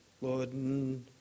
Lord